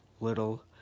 little